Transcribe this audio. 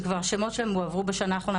שכבר השמות שלהם הועברו בשנה האחרונה,